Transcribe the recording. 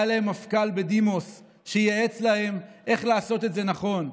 היה להם מפכ"ל בדימוס שייעץ להם איך לעשות את זה נכון,